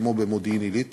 כמו במודיעין-עילית,